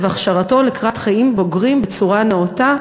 והכשרתו לקראת חיים בוגרים בצורה נאותה,